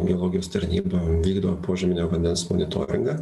geologijos tarnyba vykdo požeminio vandens monitoringą